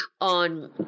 on